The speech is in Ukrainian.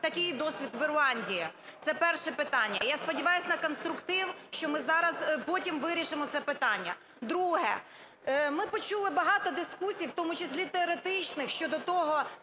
такий досвід в Ірландії. Це перше питання. Я сподіваюсь на конструктив, що ми зараз… потім вирішимо це питання. Друге. Ми почули багато дискусій, і в тому числі теоретичних, щодо того,